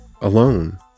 alone